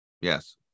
Yes